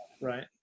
Right